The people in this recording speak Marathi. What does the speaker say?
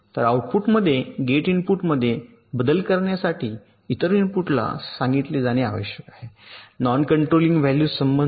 तर आउटपुटमध्ये गेट इनपुटमध्ये बदल करण्यासाठी इतर इनपुटला सांगितले जाणे आवश्यक आहे नॉन कंट्रोलिंग व्हॅल्यूज संबंधित